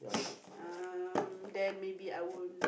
um then maybe I won't